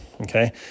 Okay